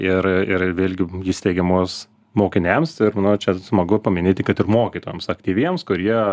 ir ir vėlgi įsteigiamus mokiniams ir na čia smagu paminėti kad ir mokytojams aktyviems kurie